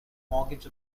mortgage